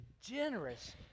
generous